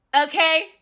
okay